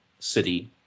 City